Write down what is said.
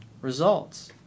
results